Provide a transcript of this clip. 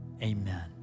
Amen